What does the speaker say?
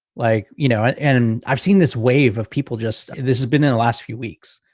like, you know, and i've seen this wave of people, just this has been in the last few weeks,